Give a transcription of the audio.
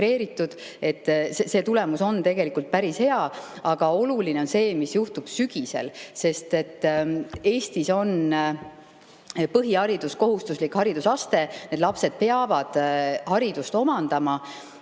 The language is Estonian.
See tulemus on tegelikult päris hea. Aga oluline on see, mis juhtub sügisel, sest Eestis on põhiharidus kohustuslik haridusaste. Need lapsed peavad hariduse omandama